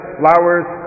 flowers